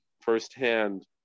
firsthand